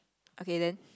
okay then